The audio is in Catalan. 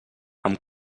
amb